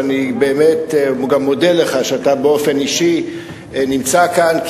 ואני באמת גם מודה לך שאתה באופן אישי נמצא כאן,